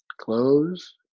close